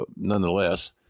nonetheless